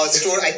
store